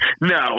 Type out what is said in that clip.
No